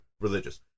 religious